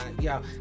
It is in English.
Yo